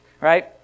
right